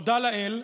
תודה לאל"